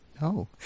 no